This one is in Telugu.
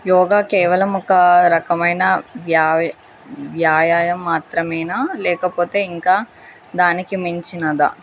యోగా కేవలం ఒక రకమైన వ్యా వ్యాయామం మాత్రమేనా లేకపోతే ఇంకా దానికి మించినదా